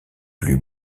plus